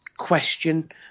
Question